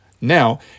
Now